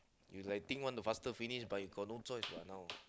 you like think want to faster finish but you got no choice what now